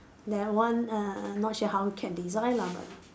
that one err not sure how we can design lah but